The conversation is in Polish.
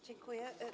Dziękuję.